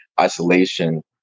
isolation